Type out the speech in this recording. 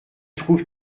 trouve